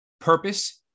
Purpose